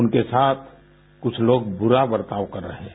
उनके साथ कुछ लोग बुरा वर्ताव कर रहे हैं